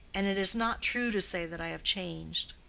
and it is not true to say that i have changed.